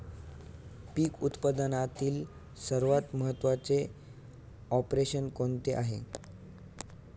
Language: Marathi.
पीक उत्पादनातील सर्वात महत्त्वाचे ऑपरेशन कोणते आहे?